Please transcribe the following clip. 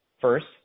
First